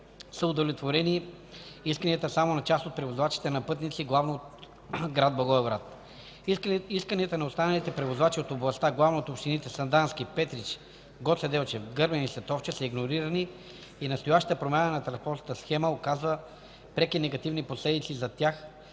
са удовлетворени исканията само на част от превозвачите на пътници, главно от град Благоевград. Исканията на останалите превозвачи от областта, главно от общините Сандански, Петрич, Гоце Делчев, Гърмен и Сатовча са игнорирани и настоящата промяна на транспортната схема оказа преки негативни последици за тях,